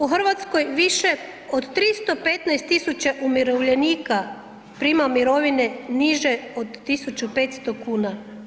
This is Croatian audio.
U Hrvatskoj više od 315 000 umirovljenika prima mirovine niže od 1500 kuna.